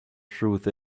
truth